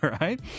right